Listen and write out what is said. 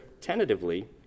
tentatively